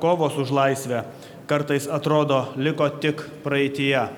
kovos už laisvę kartais atrodo liko tik praeityje